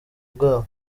bwabo